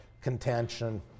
contention